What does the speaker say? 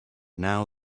now